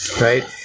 Right